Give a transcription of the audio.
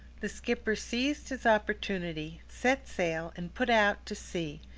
the skipper seized his opportunity, set sail, and put out to sea,